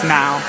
now